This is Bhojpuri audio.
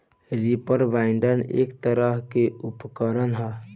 रीपर बाइंडर एक तरह के उपकरण ह